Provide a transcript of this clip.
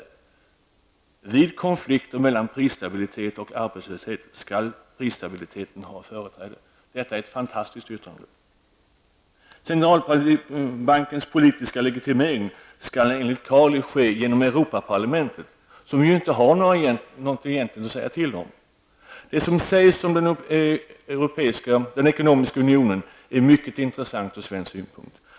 Jag upprepar: Vid konflikter mellan prisstabilitet och arbetslöshet skall prisstabiliteten ha företräde. Detta är ett fantastiskt yttrande. Carli ske genom Europaparlamentet, som inte har något egentligt att säga till om. Det som sägs om den ekonomiska unionen är mycket intressant ur svensk synpunkt.